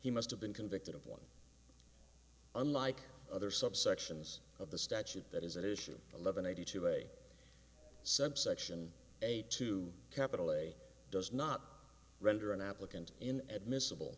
he must have been convicted of one unlike other subsections of the statute that is at issue eleven eighty two a subsection a two capital a does not render an applicant in at miscible